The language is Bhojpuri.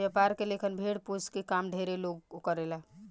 व्यापार के लेखन भेड़ पोसके के काम ढेरे लोग करेला